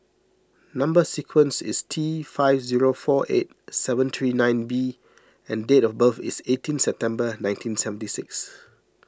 Number Sequence is T five zero four eight seven three nine B and date of birth is eighteen September nineteen seventy six